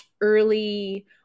early